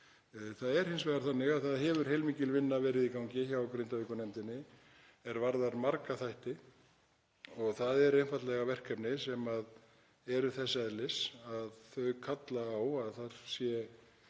Það er hins vegar þannig að það hefur heilmikil vinna verið í gangi hjá Grindavíkurnefndinni er varðar marga þætti og það eru einfaldlega verkefni sem eru þess eðlis að þau kalla á að það sé